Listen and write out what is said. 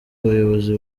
abayobozi